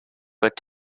but